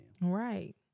Right